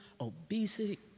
obesity